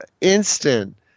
instant